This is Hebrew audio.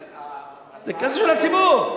זה כסף של הציבור.